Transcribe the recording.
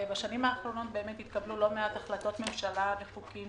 בשנים האחרונות התקבלו לא מעט החלטות ממשלה בחוקים